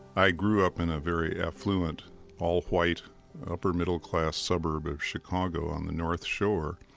i grew up in a very affluent all-white upper-middle-class suburb of chicago on the north shore,